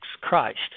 Christ